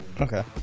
Okay